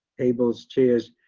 tables, chairs,